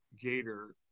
gator